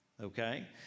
okay